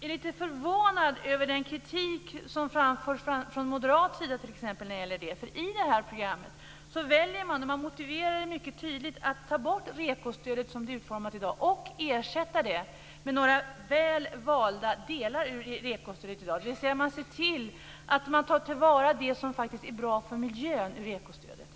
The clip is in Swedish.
är lite förvånad över den kritik som framförts från bl.a. moderat sida mot detta. I det här programmet väljer man, och man motiverar det mycket tydligt, att ta bort REKO-stödet som det är utformat i dag och ersätta det med några väl valda delar ur REKO stödet. Man ser till att man tar till vara det som faktiskt är bra för miljön i REKO-stödet.